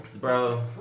Bro